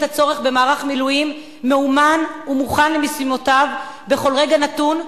הצורך במערך מילואים מאומן ומוכן למשימותיו בכל רגע נתון,